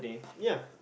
ya